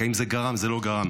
אם זה גרם או לא גרם,